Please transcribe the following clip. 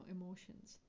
emotions